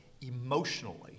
emotionally